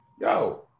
Yo